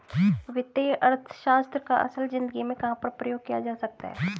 वित्तीय अर्थशास्त्र का असल ज़िंदगी में कहाँ पर प्रयोग किया जा सकता है?